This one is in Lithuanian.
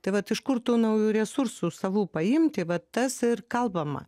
tai vat iš kur tų naujų resursų savų paimti va tas ir kalbama